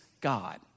God